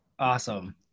Awesome